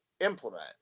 implement